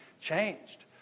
changed